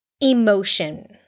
emotion